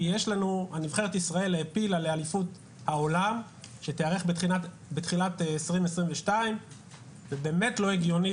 נבחרת ישראל העפילה לאליפות העולם שתיערך בתחילת 2022 ובאמת לא הגיוני